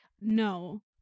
No